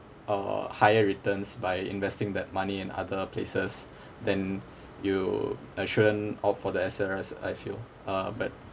uh higher returns by investing that money in other places then you uh shouldn't opt for the S_R_S I feel uh but